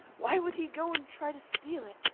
why would he go and try to steal it?